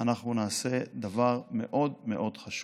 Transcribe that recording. אנחנו נעשה דבר מאוד מאוד חשוב.